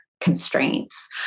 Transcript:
constraints